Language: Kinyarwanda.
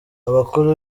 abakuru